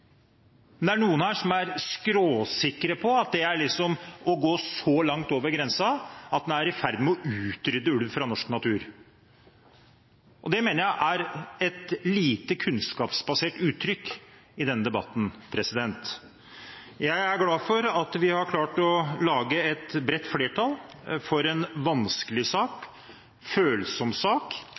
Det er noen her som er skråsikre på at det er å gå så langt over grensen at en er i ferd med å utrydde ulven fra norsk natur. Det mener jeg er et lite kunnskapsbasert uttrykk i denne debatten. Jeg er glad for at vi har klart å lage et bredt flertall for en vanskelig sak, en følsom sak,